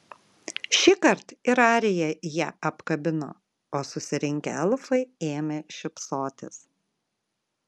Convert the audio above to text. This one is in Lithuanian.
šįkart ir arija ją apkabino o susirinkę elfai ėmė šypsotis